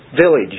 village